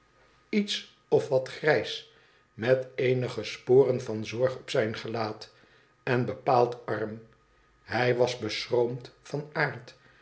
iets of wat js met eenige sporen van zorg op zijn gelaat en bepaald arm hij was beschroomd van aard